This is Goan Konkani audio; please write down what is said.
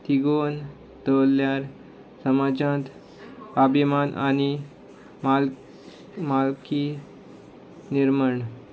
तिगोवन दवरल्यार समाजांत आभिमान आनी माल मालकी निर्मण